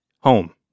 home